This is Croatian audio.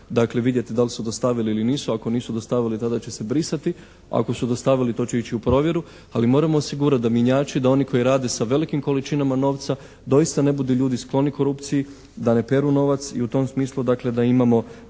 dakle vidjeti da li su dostavili ili nisu, ako nisu dostavili tada će se brisati, a ako su dostavili to će ići u provjeru ali moramo osigurati da mjenjači, da oni koji rade sa velikim količinama novca doista ne budu ljudi skloni korupciji, da ne peru novac i u tom smislu dakle